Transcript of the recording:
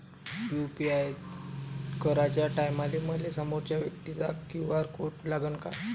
UPI कराच्या टायमाले मले समोरच्या व्यक्तीचा क्यू.आर कोड लागनच का?